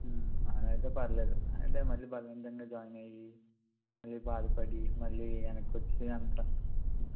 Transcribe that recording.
అలా అయితే పర్లేదు అంటే మళ్ళీ బలవంతంగా జాయిన్ అయ్యి మళ్ళీ బాధపడి మళ్ళీ వెనక్కి వచ్చి అంతా